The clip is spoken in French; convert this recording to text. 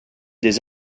des